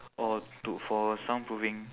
oh to for soundproofing